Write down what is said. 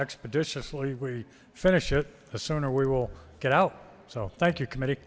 expeditiously we finish it the sooner we will get out so thank you committe